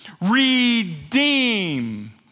redeem